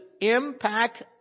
impact